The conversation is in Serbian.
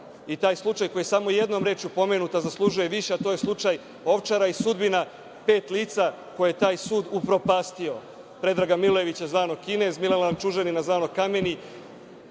i taj slučaj koji je samo jednom rečju pomenut, a zaslužuje više, a to je slučaj „Ovčara“ i sudbina pet lica koje je taj sud upropastio, Predraga Milojevića zvanog Kinez, Milovana Čužanina zvanog Kameni,